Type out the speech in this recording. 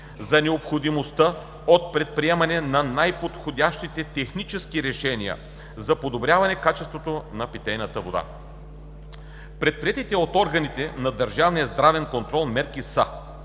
за необходимостта от предприемане на най-подходящите технически решения за подобряване качеството на питейната вода. Предприетите от органите на държавния здравен контрол мерки са: